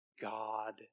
God